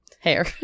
hair